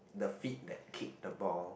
the feet that kick the ball